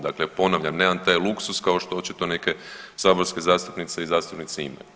Dakle, ponavljam nemam taj luksuz kao što očito neke saborske zastupnice i zastupnici imaju.